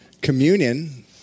Communion